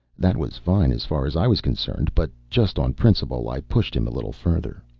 that was fine as far as i was concerned, but just on principle i pushed him a little further.